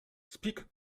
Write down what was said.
speak